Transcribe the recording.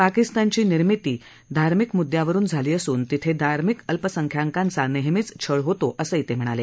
पाकिस्तानची निर्मिती धार्मिक म्द्यांवरुन झाली असून तिथे धार्मिक अल्पसंख्याकांचा नेहमीच छळ होतो असंही ते म्हणाले